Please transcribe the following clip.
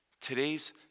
Today's